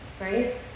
right